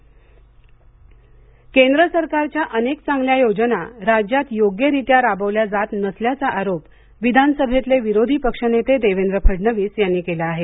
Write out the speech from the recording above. फडणविस केंद्र सरकारच्या अनेक चांगल्या योजना राज्यात योग्यरीत्या राबवल्या जात नसल्याचा आरोप विधानसभेतले विरोधी पक्षनेते देवेंद्र फडणवीस यांनी केला आहे